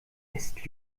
ist